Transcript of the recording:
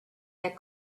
that